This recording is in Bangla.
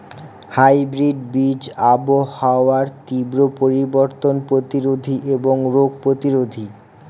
হাইব্রিড বীজ আবহাওয়ার তীব্র পরিবর্তন প্রতিরোধী এবং রোগ প্রতিরোধী